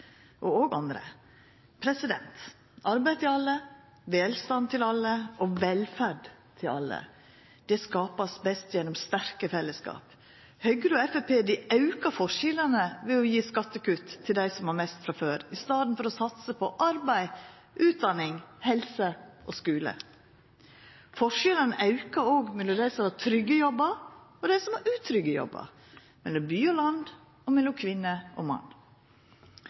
og òg andre. Arbeid til alle, velstand til alle og velferd til alle vert best skapt gjennom sterke fellesskap. Høgre og Framstegspartiet aukar forskjellane ved å gje skattekutt til dei som har mest frå før, i staden for å satsa på arbeid, utdanning, helse og skule. Forskjellane aukar òg mellom dei som har trygge jobbar, og dei som har utrygge jobbar, mellom by og land og mellom kvinne og mann.